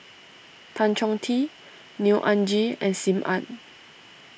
Tan Chong Tee Neo Anngee and Sim Ann